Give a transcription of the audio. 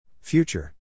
Future